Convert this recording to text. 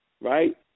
Right